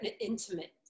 intimate